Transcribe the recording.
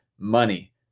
money